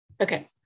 Okay